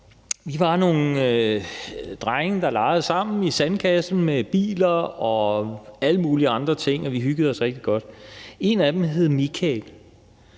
Vi var nogle drenge, der legede sammen i sandkassen med biler og alle mulige andre ting, og vi har hyggede os rigtig godt. En af dem hed Michael,